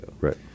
Right